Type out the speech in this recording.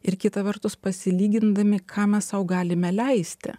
ir kita vertus pasilygindami ką mes sau galime leisti